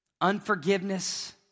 unforgiveness